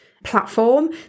platform